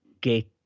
get